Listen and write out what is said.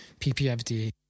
PPFD